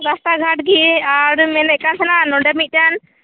ᱨᱟᱥᱛᱟ ᱜᱷᱟᱴᱜᱮ ᱟᱨ ᱢᱮᱱᱮᱫ ᱠᱟᱱ ᱛᱟᱦᱮᱱᱟ ᱟᱨ ᱱᱚᱸᱰᱮ ᱢᱤᱫᱴᱟᱱ